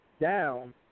down